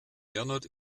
gernot